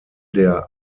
der